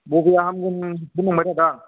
बबेया हामगोन नंबायथादों आं